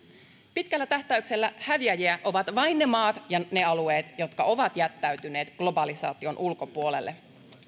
pitkällä tähtäyksellä häviäjiä ovat vain ne maat ja ne alueet jotka ovat jättäytyneet globalisaation ulkopuolelle